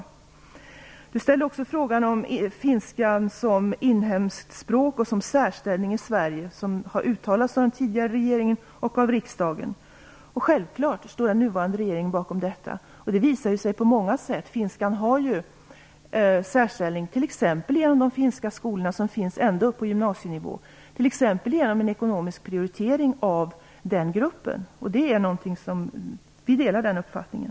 Andreas Carlgren ställde också en fråga om finska som inhemskt språk och om dess särställning i Sverige, vilket har uttalats av den tidigare regeringen och av riksdagen. Den nuvarande regeringen står självklart bakom detta. Det visar sig på många sätt. Finskan har ju en särställning, t.ex. genom de finska skolorna som finns ända upp på gymnasienivå. Det sker t.ex. en ekonomisk prioritering av den gruppen. Vi delar den uppfattningen.